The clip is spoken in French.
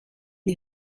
est